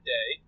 Day